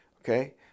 Okay